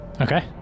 Okay